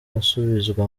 gusubizwa